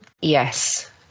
yes